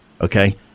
Okay